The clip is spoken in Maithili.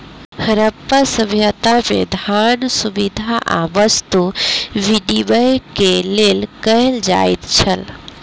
हरप्पा सभ्यता में, धान, सुविधा आ वस्तु विनिमय के लेल कयल जाइत छल